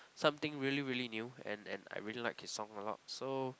something really really new and and I really like his song a lot so